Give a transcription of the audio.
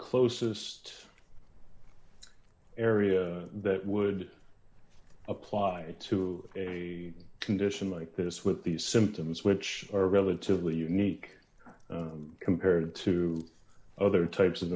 closest area that would apply to a condition like this with these symptoms which are relatively unique compared to other types of